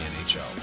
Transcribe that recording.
NHL